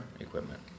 equipment